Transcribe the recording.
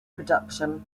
production